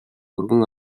өргөн